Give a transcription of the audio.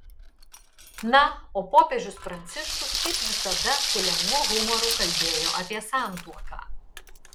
na o popiežius pranciškus kaip visada su lengvu humoru kalbėjo apie santuoką